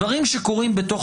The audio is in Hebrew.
דברים שקורים בתוך